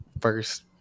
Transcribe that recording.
first